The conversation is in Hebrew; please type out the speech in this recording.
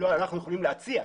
אנחנו יכולים להציע,